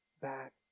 back